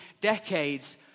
decades